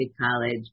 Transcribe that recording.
college